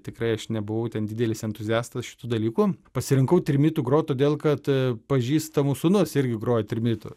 tikrai aš nebuvau ten didelis entuziastas šitų dalykų pasirinkau trimitu grojo todėl kad pažįstamų sūnus irgi grojo trimitu